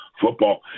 Football